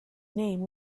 name